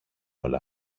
όλα